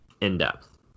in-depth